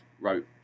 wrote